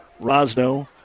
Rosno